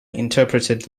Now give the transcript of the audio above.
interpreted